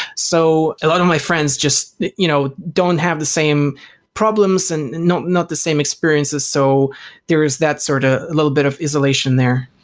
so a lot of my friends just you know don't have the same problems and not not the same experiences. so there is that sort of a little bit of isolation there.